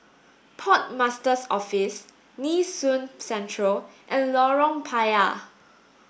Port Master's Office Nee Soon Central and Lorong Payah